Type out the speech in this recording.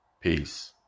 Peace